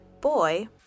boy